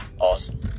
awesome